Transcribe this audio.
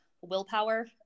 willpower